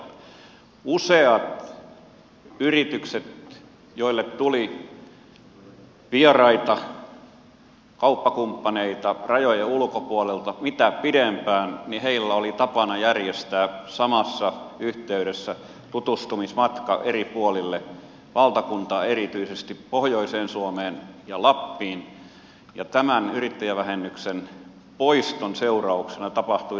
useilla yrityksillä joille tuli vieraita kauppakumppaneita rajojen ulkopuolelta etenkin pidemmältä oli tapana järjestää samassa yhteydessä tutustumismatka eri puolille valtakuntaa erityisesti pohjoiseen suomeen ja lappiin ja tämän yrittäjävähennyksen poiston seurauksena tapahtui selvä muutos